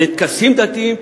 לטקסים דתיים,